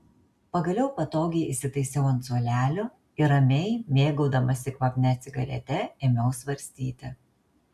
pagaliau patogiai įsitaisiau ant suolelio ir ramiai mėgaudamasi kvapnia cigarete ėmiau svarstyti